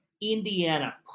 Indiana